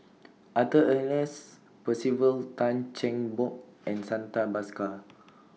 Arthur Ernest Percival Tan Cheng Bock and Santha Bhaskar